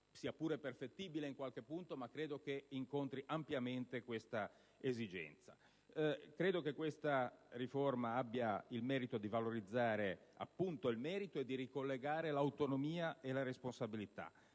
sia pure perfettibile in alcuni punti, credo incontri ampiamente questa esigenza. Ritengo che la riforma abbia il pregio di valorizzare il merito e di ricollegare l'autonomia e la responsabilità.